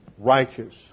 righteous